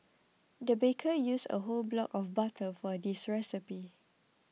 the baker used a whole block of butter for this recipe